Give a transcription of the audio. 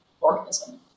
organism